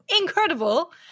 Incredible